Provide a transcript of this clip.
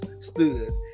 stood